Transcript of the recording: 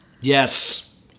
Yes